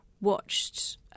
watched